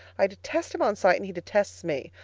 i detest him on sight, and he detests me.